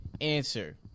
answer